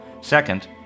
Second